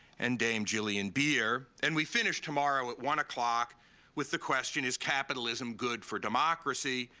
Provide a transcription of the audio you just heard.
and dame gillian beer. and we finish tomorrow at one o'clock with the question, is capitalism good for democracy?